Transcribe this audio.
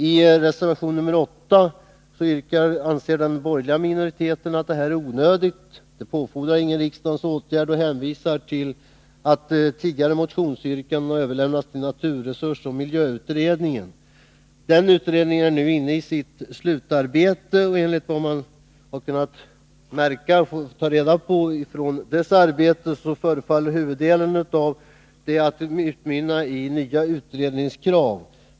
I reservation nr 8 anser den borgerliga minoriteten att detta är onödigt och att någon åtgärd från riksdagens sida inte erfordras. Man hänvisar till att ett tidigare motionsyrkande har överlämnats till naturresursoch miljöutred ningen. Den utredningen är nu inne i sitt slutskede. Enligt vad man kunnat ta reda på om dess arbete förefaller huvuddelen av utredningsarbetet utmynna i nya utredningskrav.